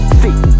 see